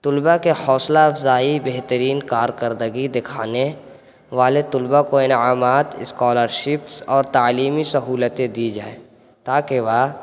طلباء کے حوصلہ افزائی بہترین کارکردگی دکھانے والے طلبا کو انعامات اسکالرشپس اور تعلیمی سہولتیں دی جائے تاکہ وہ